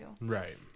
Right